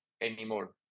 anymore